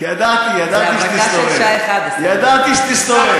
הברקה של שעה 23:00. ידעתי, ידעתי שתסתובב.